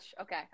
Okay